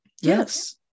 Yes